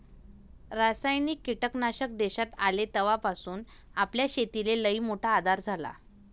रासायनिक कीटकनाशक देशात आले तवापासून आपल्या शेतीले लईमोठा आधार झाला